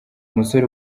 musore